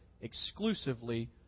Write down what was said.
exclusively